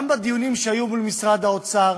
גם בדיונים שהיו מול משרד האוצר